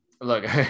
Look